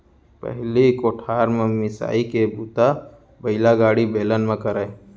पहिली कोठार म मिंसाई के बूता बइलागाड़ी, बेलन म करयँ